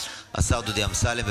השר דודי אמסלם.